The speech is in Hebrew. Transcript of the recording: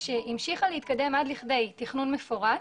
שהמשיכה להתקדם עד לכדי תכנון מפורט,